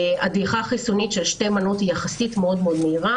הדעיכה החיסונית של שתי מנות יחסית מאוד מהירה.